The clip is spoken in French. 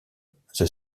the